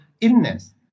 illness